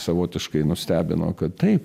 savotiškai nustebino kad taip